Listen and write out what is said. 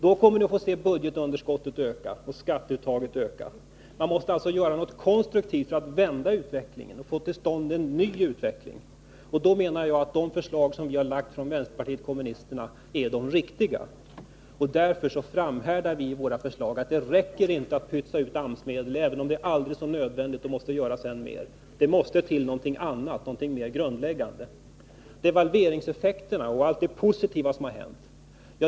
Då kommer ni att få se både budgetunderskottet och skatteuttaget öka. Man måste alltså göra något konstruktivt för att vända utvecklingen, för att få till stånd en ny utveckling. Jag menar att de förslag som vi från vpk lagt fram är de riktiga. Därför framhärdar vi med våra förslag. Det räcker inte med att pytsa ut AMS-medel, även om detta är aldrig så nödvändigt och måste göras i ännu större utsträckning. Det måste till någonting annat, någonting mer grundläggande. Sedan till devalveringseffekterna och allt det positiva som har hänt.